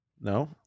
No